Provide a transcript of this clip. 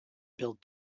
build